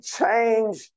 change